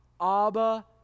Abba